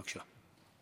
בבקשה.